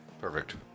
Perfect